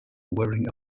wearing